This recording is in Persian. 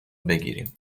بگیریم